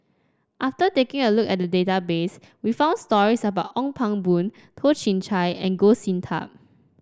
after taking a look at the database we found stories about Ong Pang Boon Toh Chin Chye and Goh Sin Tub